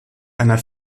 einer